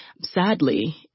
sadly